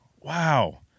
wow